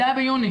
זה היה ביוני.